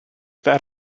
that